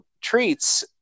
treats